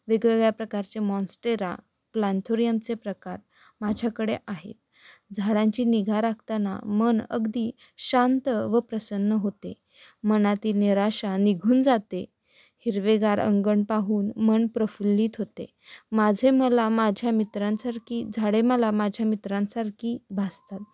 वेगवेगळ्या प्रकारचे मॉन्स्टेरा प्लँथोरियमचे प्रकार माझ्याकडे आहेत झाडांची निगा राखताना मन अगदी शांत व प्रसन्न होते मनातील निराशा निघून जाते हिरवेगार अंगण पाहून मन प्रफुल्लित होते माझे मला माझ्या मित्रांसारखी झाडे मला माझ्या मित्रांसारखी भासतात